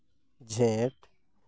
ᱡᱷᱮᱸᱴ